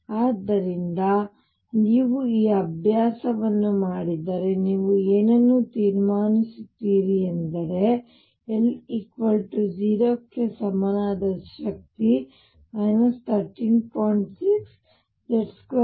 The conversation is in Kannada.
ಆದ್ದರಿಂದ ನೀವು ಈ ಅಭ್ಯಾಸವನ್ನು ಮಾಡಿದರೆ ನೀವು ಏನನ್ನು ತೀರ್ಮಾನಿಸುತ್ತೀರಿ ಎಂದರೆ l0 ಕ್ಕೆ ಸಮನಾದ ಸ್ಟೇಟ್ ಶಕ್ತಿ 13